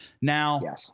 Now